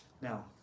Now